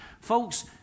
folks